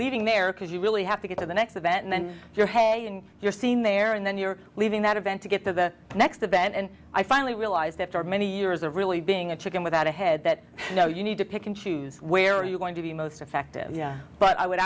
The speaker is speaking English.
leaving there because you really have to get to the next event and then you're heading your scene there and then you're leaving that event to get to the next event and i finally realized after many years of really being a chicken without a head that you know you need to pick and choose where you're going to be most effective but i would